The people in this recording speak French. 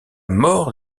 mort